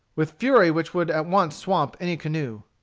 with fury which would at once swamp any canoe.